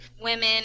women